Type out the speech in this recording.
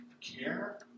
care